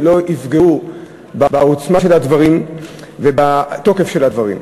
לא ייפגעו העוצמה של הדברים והתוקף של הדברים.